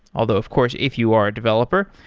although of course if you are a developer,